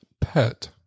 pet